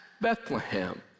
Bethlehem